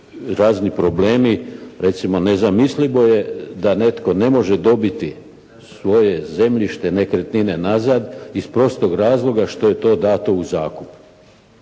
razni problemi. Recimo nezamislivo je da netko ne može dobiti svoje zemljište, nekretnine nazad iz prostog razloga što je to dato u zakup.